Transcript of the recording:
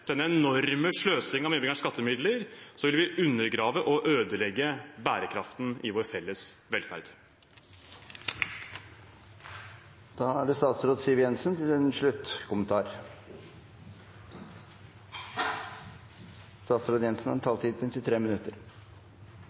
denne enorme sløsingen med innbyggernes skattemidler, vil vi undergrave og ødelegge bærekraften i vår felles velferd. Statsråd Siv Jensen får ordet til en avsluttende kommentar. La meg begynne med å takke for en god og foreløpig tilbakemelding på